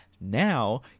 Now